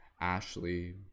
Ashley